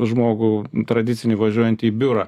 žmogų tradicinį važiuojant į biurą